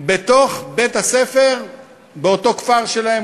בבית-הספר באותו כפר שלהם,